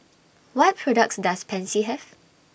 What products Does Pansy Have